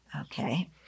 Okay